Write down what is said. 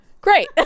great